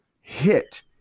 hit